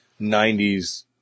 90s